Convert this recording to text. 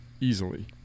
easily